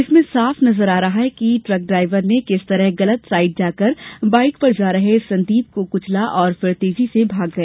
इसमें साफ नजर आ रहा है कि ट्रक ड्राइवर ने किस तरह गलत साइड जाकर बाइक पर जा रहे संदीप को कुचला और फिर तेजी से भाग गया